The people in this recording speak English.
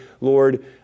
Lord